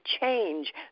change